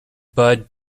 bud